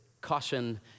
caution